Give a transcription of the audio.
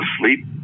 sleep